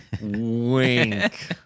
Wink